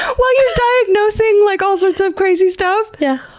while you're diagnosing like all sorts of crazy stuff? yeah.